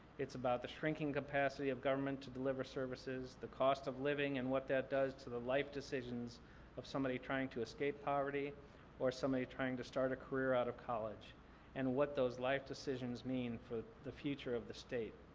it's about the shrinking capacity of government to deliver services, the cost of living and what that does to the life decisions of somebody trying to escape poverty or somebody trying to start a career out of college and what those life decisions mean for the future of the state.